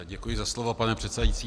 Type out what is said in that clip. Děkuji za slovo, pane předsedající.